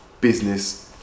business